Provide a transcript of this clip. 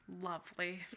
lovely